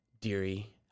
Deary